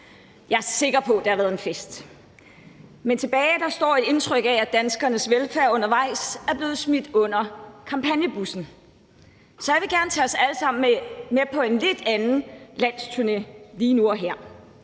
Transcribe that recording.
Jeg er sikker på, det har været en fest, men tilbage står et indtryk af, at danskernes velfærd undervejs er blevet smidt under kampagnebussen. Så jeg vil gerne tage os alle sammen med på en lidt anden landsturné lige nu og her,